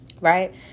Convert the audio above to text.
right